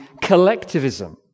collectivism